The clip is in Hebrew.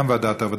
גם ועדת העבודה,